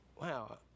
wow